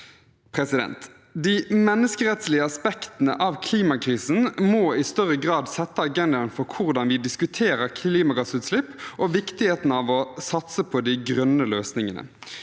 De menneskerettslige aspektene av klimakrisen må i større grad sette agendaen for hvordan vi diskuterer klimagassutslipp, og viktigheten av å satse på de grønne løsningene.